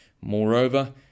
Moreover